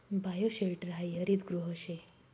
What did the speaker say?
bioshelter हायी हरितगृह शे